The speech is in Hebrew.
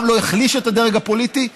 גם לא יחליש את הדרג הפוליטי,